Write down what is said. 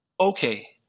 Okay